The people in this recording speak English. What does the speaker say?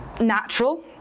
natural